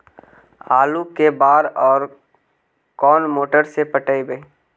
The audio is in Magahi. आलू के बार और कोन मोटर से पटइबै?